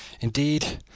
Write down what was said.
Indeed